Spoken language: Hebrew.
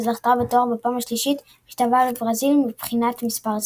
שזכתה בתואר בפעם השלישית והשתוותה לברזיל מבחינת מספר הזכיות.